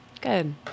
Good